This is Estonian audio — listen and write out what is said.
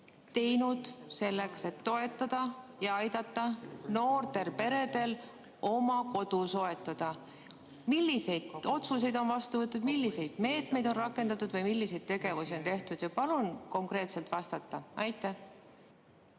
teinud selleks, et toetada ja aidata noortel peredel oma kodu soetada? Milliseid otsuseid on vastu võetud, milliseid meetmeid on rakendatud või milliseid tegevusi on tehtud? Palun konkreetselt vastata. Aitäh,